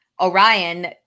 Orion